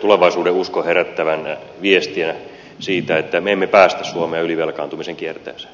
tulevaisuudenuskoa herättävänä viestinä siitä että me emme päästä suomea ylivelkaantumisen kierteeseen